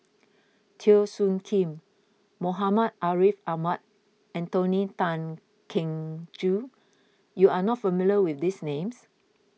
Teo Soon Kim Muhammad Ariff Ahmad and Tony Tan Keng Joo you are not familiar with these names